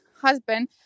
husband